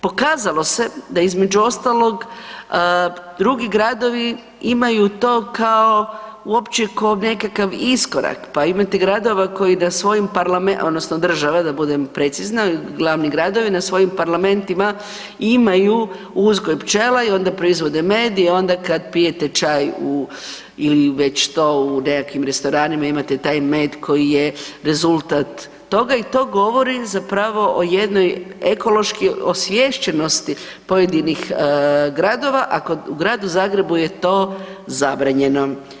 Pokazalo se da između ostalog drugi gradovi imaju to kao uopće ko nekakav iskorak, pa imate gradova koji na svojim odnosno države da budem precizna, glavni gradovi na svojim parlamentima imaju uzgoj pčela i onda proizvode med i onda kada pijete čaj ili već što u nekakvim restoranima imate taj med koji je rezultat toga i to govori zapravo o jednoj ekološki osviještenosti pojedinih gradova, a u Gradu Zagrebu je to zabranjeno.